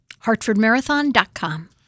HartfordMarathon.com